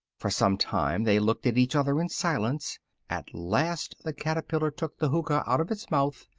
for some time they looked at each other in silence at last the caterpillar took the hookah out of its mouth,